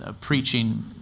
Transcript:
preaching